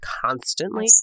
constantly